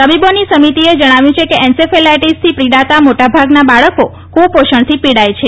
તબીબોની સમિતીએ જણાવ્યું છે કે એન્સેફલાઇટીસથી પીડાતા મોટાભાગના બાળકો કૂપોષણથી પીડાય છે